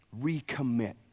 Recommit